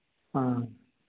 हाँ